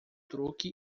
truque